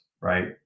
Right